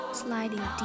sliding